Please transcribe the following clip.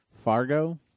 Fargo